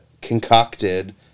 concocted